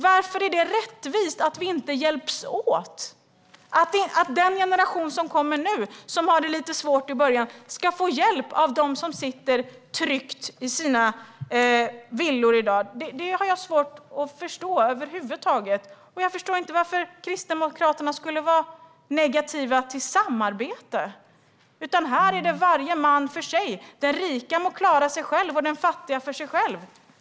Varför är det rättvist att vi inte hjälps åt, så att den unga generation som har det lite svårt i början ska få hjälp av dem som sitter tryggt i sina villor? Det har jag svårt att över huvud taget förstå. Jag förstår inte varför Kristdemokraterna skulle vara negativa till samarbete. Här får var och en klara sig själv. Den rike och den fattige får klara sig var för sig.